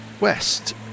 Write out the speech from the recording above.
west